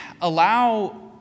allow